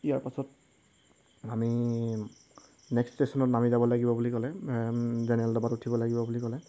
ইয়াৰ পাছত আমি নেক্সট ষ্টেশ্যনত নামি যাব লাগিব বুলি ক'লে জেনেৰেল ডবাত উঠিব লাগিব বুলি ক'লে